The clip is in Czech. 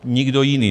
Nikdo jiný.